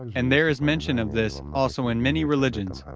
and there is mention of this also in many religions,